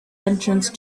entrance